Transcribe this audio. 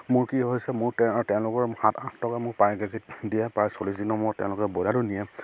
মোৰ কি হৈছে মোৰ তেওঁলোকৰ সাত আঠ টকা মোক পাৰ কেজিত দিয়ে প্ৰায় চল্লিছ দিনৰ মুৰত তেওঁলোকে ব্ৰইলাটো নিয়ে